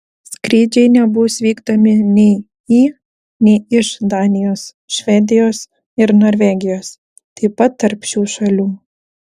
skrydžiai nebus vykdomi nei į nei iš danijos švedijos ir norvegijos taip pat tarp šių šalių